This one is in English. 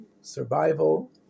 survival